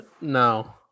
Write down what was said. No